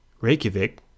Reykjavik